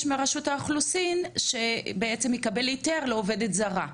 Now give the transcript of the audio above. מהרשות האוכלוסין שבעצם יקבל היתר לעובדת זרה.